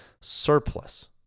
surplus